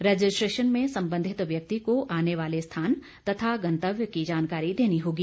registration में संबंधित व्यक्ति का आने वाले स्थान तथा गंतव्य की जानकारी देनी होगी